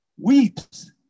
weeps